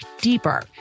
deeper